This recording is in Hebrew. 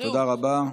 תודה רבה.